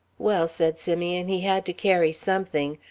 well, said simeon, he had to carry something.